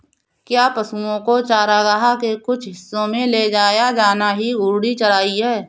क्या पशुओं को चारागाह के कुछ हिस्सों में ले जाया जाना ही घूर्णी चराई है?